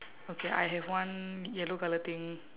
okay I have one yellow colour thing